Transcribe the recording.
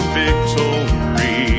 victory